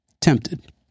tempted